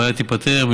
הבעיה תיפתר,